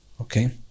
Okay